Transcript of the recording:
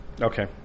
Okay